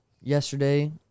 Yesterday